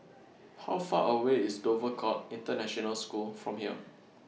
How Far away IS Dover Court International School from here